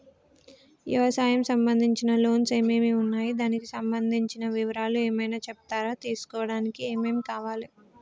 వ్యవసాయం సంబంధించిన లోన్స్ ఏమేమి ఉన్నాయి దానికి సంబంధించిన వివరాలు ఏమైనా చెప్తారా తీసుకోవడానికి ఏమేం కావాలి?